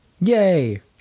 Yay